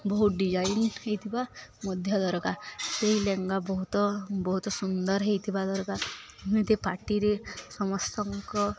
ବହୁତ ଡିଜାଇନ୍ ହେଇଥିବା ମଧ୍ୟ ଦରକାର ସେଇ ଲେହେଙ୍ଗା ବହୁତ ବହୁତ ସୁନ୍ଦର ହେଇଥିବା ଦରକାର ଏମିତି ପାର୍ଟିରେ ସମସ୍ତଙ୍କ